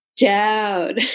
down